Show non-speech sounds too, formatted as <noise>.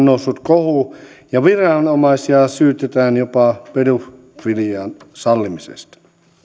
<unintelligible> noussut kohu ja viranomaisia syytetään jopa pedofilian sallimisesta